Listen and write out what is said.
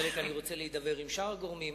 חלק, אני רוצה להידבר עם שאר הגורמים.